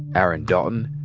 aaron dalton,